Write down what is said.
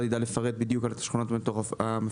יידע לפרט בדיוק את השכונות המפורטות.